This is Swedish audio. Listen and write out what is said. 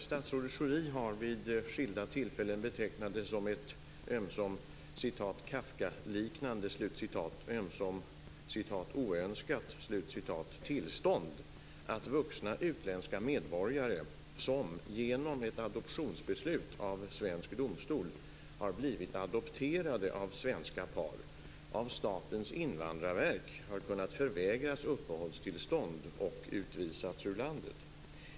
Statsrådet Schori har vid skilda tillfällen betecknat det som ett ömsom "Kafkaliknande" ömsom "oönskat" tillstånd att vuxna utländska medborgare, som genom ett adoptionsbeslut av svensk domstol har blivit adopterade av svenska par, av Statens invandrarverk har kunnat förvägras uppehållstillstånd och utvisats ur landet.